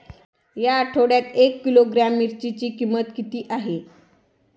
या आठवड्यात एक किलोग्रॅम मिरचीची किंमत किती आहे?